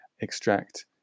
extract